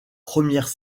premières